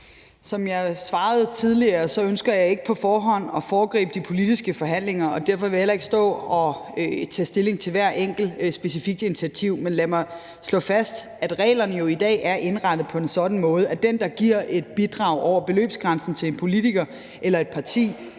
Som jeg svarede tidligere, ønsker jeg ikke på forhånd at foregribe de politiske forhandlinger, og derfor vil jeg heller ikke stå og tage stilling til hver enkelt specifikke initiativ. Men lad mig slå fast, at reglerne jo i dag er indrettet på en sådan måde, at når der gives et bidrag over beløbsgrænsen til en politiker eller et parti,